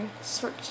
search